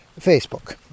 facebook